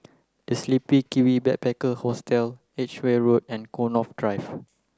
The Sleepy Kiwi Backpacker Hostel Edgeware Road and Connaught Drive